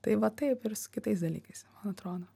tai va taip ir su kitais dalykais man atrodo